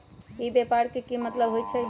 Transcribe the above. ई व्यापार के की मतलब होई छई?